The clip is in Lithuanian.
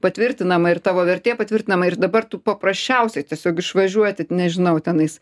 patvirtinama ir tavo vertė patvirtinama ir dabar tu paprasčiausiai tiesiog išvažiuoti nežinau tenais